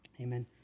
Amen